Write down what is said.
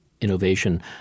innovation